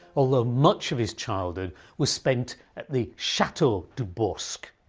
although much of his childhood was spent at the chateau du bosc,